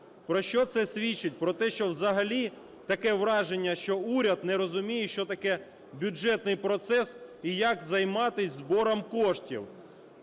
Про що це свідчить? Про те, що взагалі таке враження, що уряд не розуміє, що таке бюджетний процес і як займатись збором коштів.